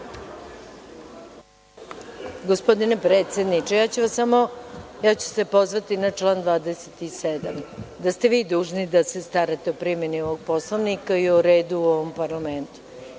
Gospodine predsedniče, ja ću se pozvati na član 27, da ste vi dužni da se starate o primeni ovog Poslovnika i o redu u ovom parlamentu